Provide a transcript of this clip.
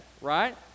right